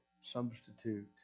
substitute